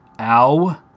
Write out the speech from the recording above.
Ow